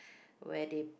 where they